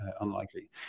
unlikely